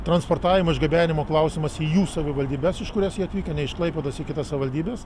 transportavimo išgabenimo klausimas į jų savivaldybes iš kurios jie atvykę ne iš klaipėdos į kitas savivaldybes